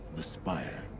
the spire.